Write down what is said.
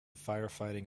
firefighting